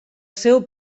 seu